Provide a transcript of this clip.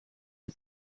een